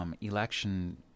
Election